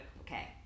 okay